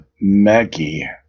Maggie